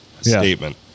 statement